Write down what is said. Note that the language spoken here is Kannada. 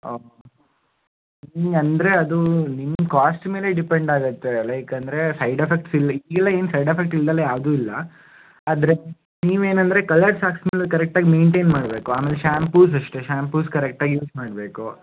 ಓ ನಿಮಿಗೆ ಅಂದರೆ ಅದು ನಿಮ್ಮ ಕಾಸ್ಟ್ ಮೇಲೆ ಡಿಪೆಂಡ್ ಆಗುತ್ತೆ ಲೈಕ್ ಅಂದರೆ ಸೈಡ್ ಎಫೆಕ್ಟ್ಸ್ ಇಲ್ಲಿ ಇಲ್ಲ ಇಲ್ಲ ಏನು ಸೈಡ್ ಎಫೆಕ್ಟ್ಸ್ ಇಲ್ದೆಲೇ ಯಾವುದೂ ಇಲ್ಲ ಅಂದರೆ ನೀವು ಏನಂದರೆ ಕಲ್ಲರ್ಸ್ ಹಾಕ್ಸಿಕೊಂಡು ಕರೆಕ್ಟಾಗಿ ಮೇಯ್ನ್ಟೇನ್ ಮಾಡಬೇಕು ಆಮೇಲೆ ಶಾಂಪುಸ್ ಅಷ್ಟೆ ಶಾಂಪುಸ್ ಕರೆಕ್ಟಾಗಿ ಯೂಸ್ ಮಾಡಬೇಕು